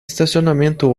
estacionamento